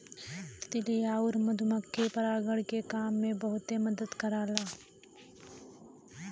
तितली आउर मधुमक्खी परागण के काम में बहुते मदद करला